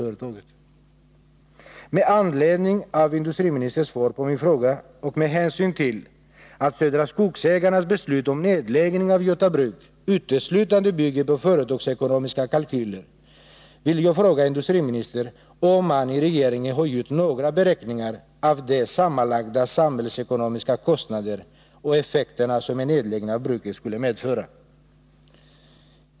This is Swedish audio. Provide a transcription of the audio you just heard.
Torsdagen den Med anledning av industriministerns svar på min fråga och med hänsyn till 20 november 1980 att Södra Skogsägarnas beslut om nedläggning av Göta Bruk uteslutande bygger på företagsekonomiska kalkyler vill jag fråga industriministern om Om driften vid man i regeringen har gjort några beräkningar av de sammanlagda samhälls Göta Bruk i Lilla ekonomiska kostnader och effekter som en nedläggning av bruket skulle medföra.